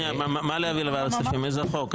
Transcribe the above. מה להעביר לוועדת הכספים, איזה חוק?